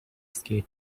skate